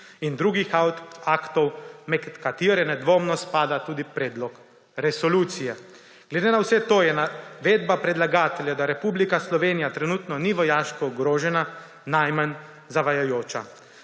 in drugih aktov, med katere nedvomno spada tudi predlog resolucije. Glede na vse to je navedba predlagatelja, da Republika Slovenija trenutno ni vojaško ogrožena, najmanj zavajajoča.